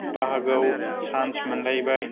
बाहागोआव सान्स मोनलायबाय